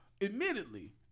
admittedly